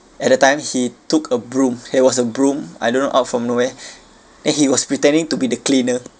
at the time he took a broom there was a broom I don't know out from nowhere then he was pretending to be the cleaner